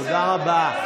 תודה רבה.